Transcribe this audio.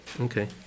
Okay